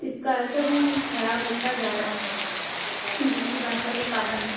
इसका अर्थ अभी खराब होता जा रहा है दूसरी भाषा के कारण